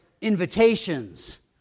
invitations